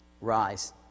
rise